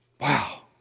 Wow